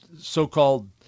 so-called